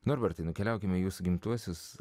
norbertai nukeliaukime į jūsų gimtuosius